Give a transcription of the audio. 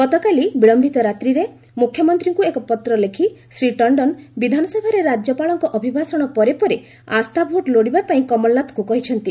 ଗତକାଲି ବିଳୟିତ ରାତ୍ରିରେ ମୁଖ୍ୟମନ୍ତ୍ରୀଙ୍କୁ ଏକ ପତ୍ର ଲେଖି ଶ୍ରୀ ଟଣ୍ଡନ ବିଧାନସଭାରେ ରାଜ୍ୟପାଳଙ୍କ ଅଭିଭାଷଣର ପରେ ପରେ ଆସ୍ଥାଭୋଟ୍ ଲୋଡ଼ିବା ପାଇଁ କମଳନାଥଙ୍କୁ କହିଛନ୍ତି